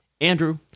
Andrew